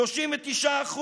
39%